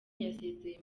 yasezeye